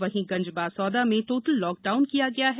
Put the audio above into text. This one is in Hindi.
वहीं गंजबासौदा में टोटल लॉकडाउन किया गया है